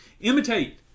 Imitate